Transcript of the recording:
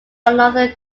another